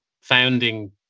founding